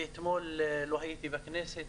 ואתמול לא הייתי בכנסת,